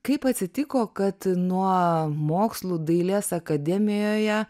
kaip atsitiko kad nuo mokslų dailės akademijoje